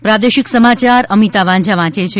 પ્રાદેશિક સમાચાર અમિતા વાંઝા વાંચે છે